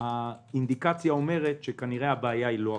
האינדיקציה אומרת שהבעיה כנראה לא אקוטית.